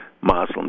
Muslims